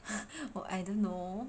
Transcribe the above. oh I don't know